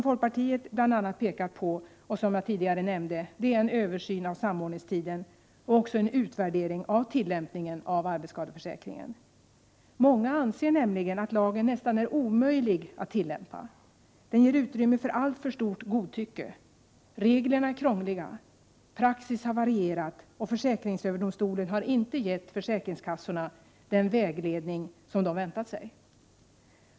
Folkpartiet pekar bl.a. på en översyn av samordningstiden och en utvärdering av tillämpningen av arbetsskadeförsäkringen. Många anser nämligen att lagen nästan är omöjlig att tillämpa. Den ger utrymme för alltför stort godtycke. Reglerna är krångliga, praxis har varierat och försäkringsöverdomstolen har inte gett försäkringskassorna den vägledning de väntat sig.